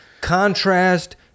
Contrast